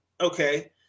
okay